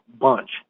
bunch